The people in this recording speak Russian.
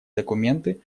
документы